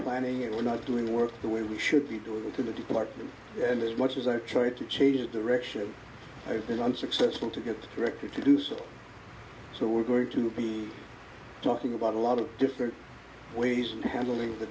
planning and we're not doing the work the way we should be doing to the department and as much as i try to change the direction of i've been unsuccessful to get directly to do so so we're going to be talking about a lot of different ways in handling the